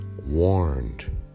warned